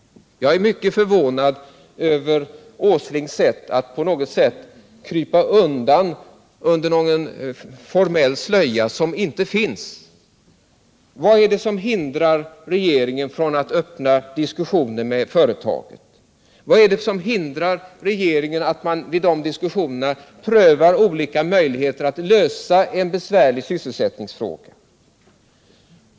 Jag är mycket förvånad över Nils Åslings sätt att krypa undan bakom något slags formell slöja som inte finns. Vad är det som hindrar regeringen att öppna diskussioner med företaget? Vad är det som hindrar regeringen att vid sådana diskussioner pröva olika möjligheter att lösa en besvärlig sysselsättningsfråga?